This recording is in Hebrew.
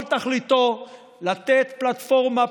כל תכליתו לתת פלטפורמה פוליטית,